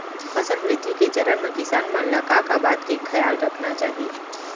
फसल वृद्धि के चरण म किसान मन ला का का बात के खयाल रखना चाही?